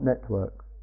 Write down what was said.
networks